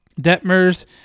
Detmer's